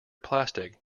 plastic